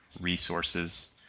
resources